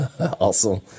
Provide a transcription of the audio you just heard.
Awesome